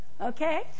Okay